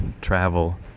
travel